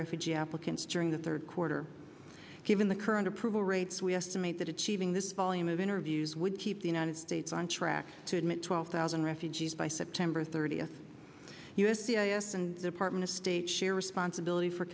refugee applicants during the third quarter given the current approval rates we estimate that achieving this volume of interviews would keep the united states on track to admit twelve thousand refugees by september thirtieth u s c i s and apartment a state share responsibility for